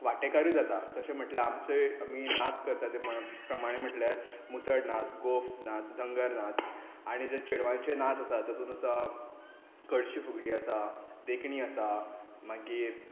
वांटेकारूय जाता तशें म्हणल्यार आमी नाच करता ते प्रमाणे म्हणल्यार मुसळ नाच गोफ नाच धनगर नाच आनी जे चेडवांचे नाच आसा तातूंत आसा कळशी फुगडी आसा देखणी आसा मागीर